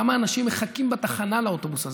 כמה אנשים מחכים בתחנה לאוטובוס הזה,